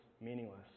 meaningless